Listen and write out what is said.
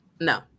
No